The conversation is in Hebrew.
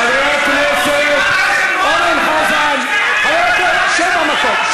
חבר הכנסת אורן חזן, שב במקום.